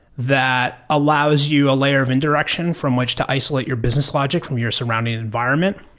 that allows you a layer of indirection from which to isolate your business logic from your surrounding environment.